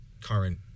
current